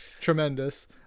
tremendous